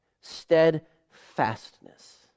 steadfastness